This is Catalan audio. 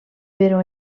però